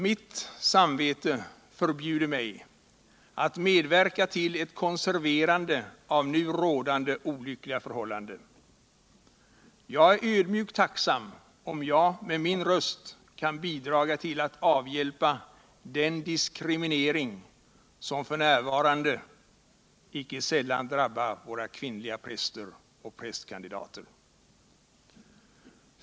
Mitt samvete förbjuder mig aut medverka tll ett konserverande av nu rådande olyckliga förhållande. Jag är ödmjukt tacksam om jag med min röst kan bidraga till att avhjälpa den diskriminering som f. n. icke sällan drabbar våra kvinnliga präster och prästkandidater.